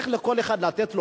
צריך לתת לכל אחד פרח,